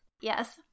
Yes